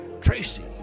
Tracy